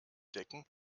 decken